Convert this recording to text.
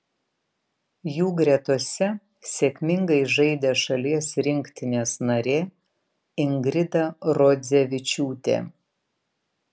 jų gretose sėkmingai žaidė šalies rinktinės narė ingrida rodzevičiūtė